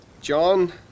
John